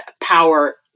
power